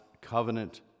covenant